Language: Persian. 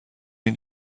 این